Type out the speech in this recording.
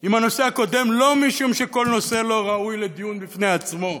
עם הנושא הקודם לא משום שכל נושא לא ראוי לדיון בפני עצמו,